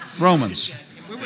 Romans